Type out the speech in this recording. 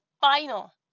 final